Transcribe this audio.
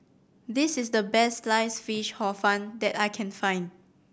this is the best Sliced Fish Hor Fun that I can find